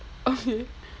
okay